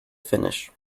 finish